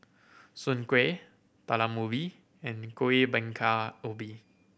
Soon Kway Talam Ubi and Kuih Bingka Ubi